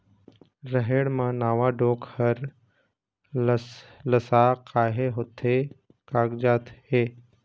रहेड़ म नावा डोंक हर लसलसा काहे होथे कागजात हे?